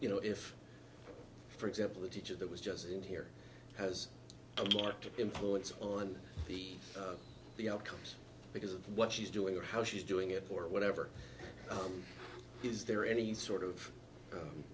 you know if for example a teacher that was just in here has a lot to influence on the the outcome because of what she's doing or how she's doing it for whatever is there any sort of